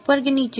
ઉપર કે નીચે